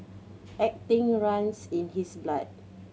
acting runs in his blood